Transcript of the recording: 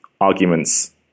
arguments